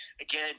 Again